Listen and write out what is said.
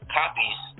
copies